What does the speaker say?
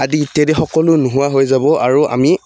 আদি ইত্যাদি সকলো নোহোৱা হৈ যাব আৰু আমি